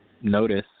notice